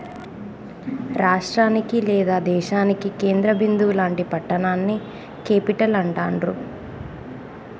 రాష్టానికి లేదా దేశానికి కేంద్ర బిందువు లాంటి పట్టణాన్ని క్యేపిటల్ అంటాండ్రు